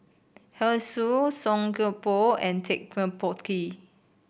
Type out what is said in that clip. Hoey Choo Song Koon Poh and Ted De Ponti